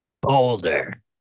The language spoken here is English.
Boulder